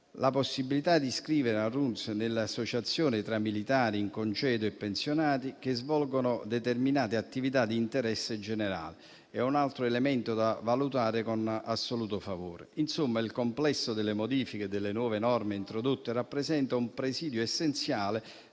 La possibilità di iscrivere al RUNTS le associazioni di militari in congedo e pensionati che svolgono determinate attività di interesse generale è un altro elemento da valutare con assoluto favore. Insomma, il complesso delle modifiche e delle nuove norme introdotte rappresenta un presidio essenziale,